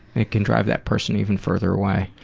it can drive that person even further away.